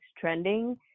trending